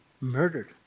murdered